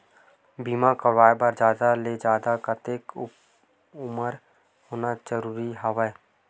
बीमा कराय बर जादा ले जादा कतेक उमर होना जरूरी हवय?